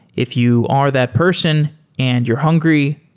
if you are that person and you're hungry,